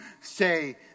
say